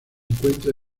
encuentra